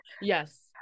Yes